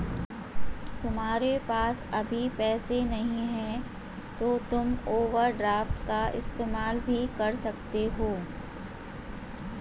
तुम्हारे पास अभी पैसे नहीं है तो तुम ओवरड्राफ्ट का इस्तेमाल भी कर सकते हो